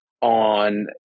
on